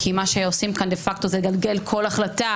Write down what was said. כי מה שעושים כאן דה-פקטו זה לגלגל כל החלטה